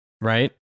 Right